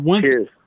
Cheers